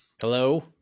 hello